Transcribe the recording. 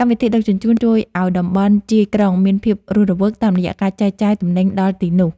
កម្មវិធីដឹកជញ្ជូនជួយឱ្យតំបន់ជាយក្រុងមានភាពរស់រវើក តាមរយៈការចែកចាយទំនិញដល់ទីនោះ។